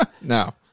No